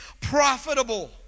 profitable